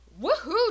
woohoo